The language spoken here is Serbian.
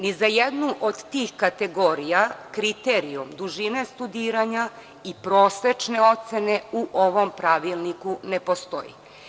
Ni za jednu od tih kategorija kriterijum dužine studiranja i prosečne ocene u ovom pravilniku ne postoji.